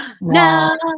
No